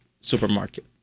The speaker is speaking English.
supermarket